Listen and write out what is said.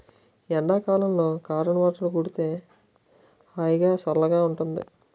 ఎండ కాలంలో కాటన్ బట్టలు కడితే హాయిగా, సల్లగా ఉంటుంది